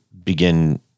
begin